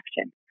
action